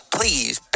Please